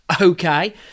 okay